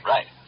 Right